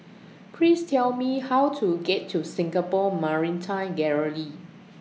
Please Tell Me How to get to Singapore Maritime Gallery